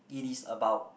it is about